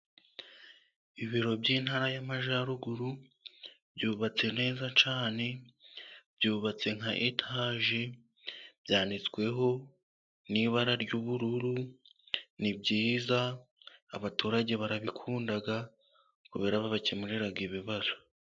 Ibiro by'intara y'Amajyaruguru byubatse neza cyane, byubatse nka etaje, byanditsweho n'ibara ry'ubururu, ni byiza, abaturage barabikunda kubera kbakemurira ibibazo.